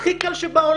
הכי קל שבעולם.